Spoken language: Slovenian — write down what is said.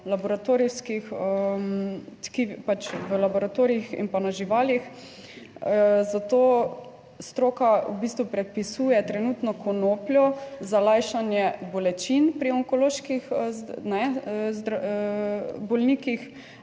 laboratorijskih tkivih, pač v laboratorijih in pa na živalih, zato stroka v bistvu predpisuje trenutno konopljo za lajšanje bolečin pri onkoloških bolnikih,